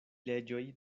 leĝoj